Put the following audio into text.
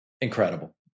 Incredible